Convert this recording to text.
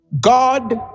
God